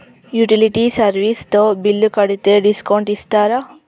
Utility service తో bill కడితే discount ఇస్తరా?